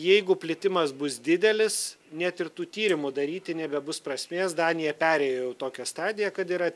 jeigu plitimas bus didelis net ir tų tyrimų daryti nebebus prasmės danija perėjo jau tokią stadiją kad yra